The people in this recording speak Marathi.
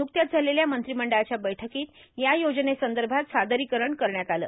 न्रकत्याच झालेल्या मंत्रिमंडळाच्या बैठकांत या योजनेसंदभात सादरांकरण करण्यात आलं